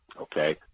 okay